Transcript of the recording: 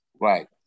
Right